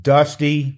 Dusty